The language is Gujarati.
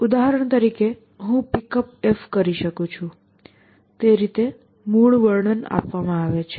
ઉદાહરણ તરીકે હું PickUp કરી શકું છું તે રીતે મૂળ વર્ણન આપવામાં આવે છે